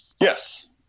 Yes